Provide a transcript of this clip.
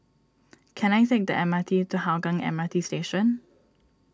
can I take the M R T to Hougang M R T Station